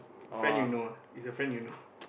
friend you know ah it's a friend you know